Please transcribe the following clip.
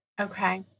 Okay